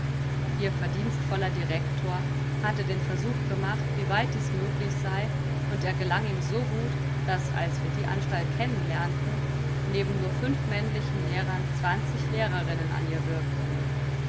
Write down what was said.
ihr verdienstvoller director hatte den versuch gemacht wie weit dies möglich sei und er gelang ihm so gut daß als wir die anstalt kennen lernten neben nur fünf männlichen lehrern lehrerinnen an ihr wirkten